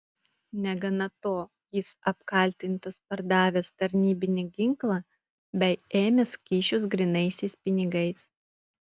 negana to jis apkaltintas pardavęs tarnybinį ginklą bei ėmęs kyšius grynaisiais pinigais